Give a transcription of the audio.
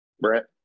Brett